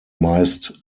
meist